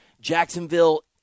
Jacksonville